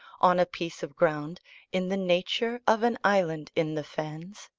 on a piece of ground in the nature of an island in the fens.